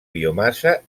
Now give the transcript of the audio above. biomassa